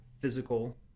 physical